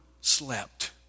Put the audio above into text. slept